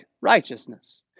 righteousness